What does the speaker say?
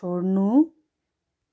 छोड्नु